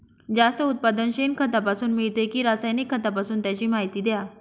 जास्त उत्पादन शेणखतापासून मिळते कि रासायनिक खतापासून? त्याची माहिती द्या